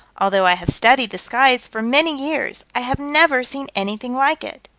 although i have studied the skies for many years, i have never seen anything like it.